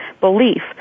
belief